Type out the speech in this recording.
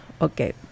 Okay